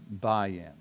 buy-in